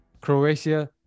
croatia